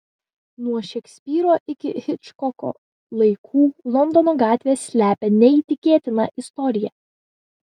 nuo šekspyro iki hičkoko laikų londono gatvės slepia neįtikėtiną istoriją